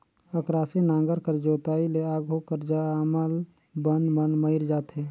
अकरासी नांगर कर जोताई ले आघु कर जामल बन मन मइर जाथे